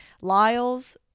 Lyles